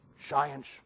science